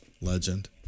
Legend